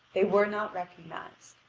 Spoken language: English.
they were not recognised.